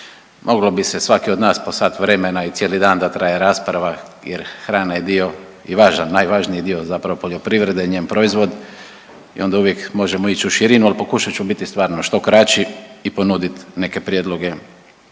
Moglo bi se svaki od nas po sat vremena i cijeli dan da traje rasprava jer hrana je dio i važan, najvažniji dio zapravo poljoprivrede, njen proizvod. I onda uvijek možemo ići u širinu, ali pokušat ću biti stvarno što kraći i ponuditi neke prijedloge